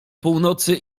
północy